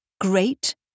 Great